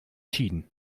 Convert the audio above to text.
tiden